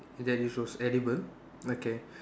that is was edible okay